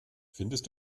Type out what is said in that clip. findest